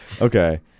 Okay